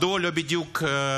מדוע הם לא בדיוק קיימים?